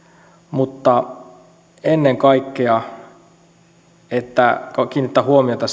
mutta ennen kaikkea kiinnittää huomiota siihen että ne